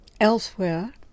elsewhere